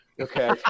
Okay